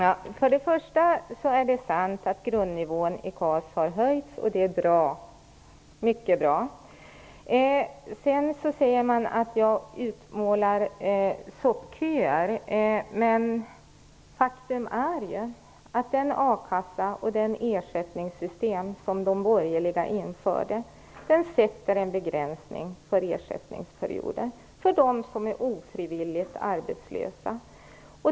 Herr talman! Det är sant att grundnivån i KAS har höjts, och det är bra, mycket bra. Elving Andersson sade att jag målade upp bilden av soppköer. Men faktum är ju att den a-kassa och det ersättningssystem som de borgerliga införde sätter en gräns för ersättningsperioder för dem som är ofrivilligt arbetslösa.